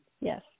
Yes